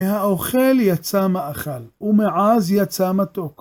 מהאוכל יצא מאכל, ומעז יצא מתוק.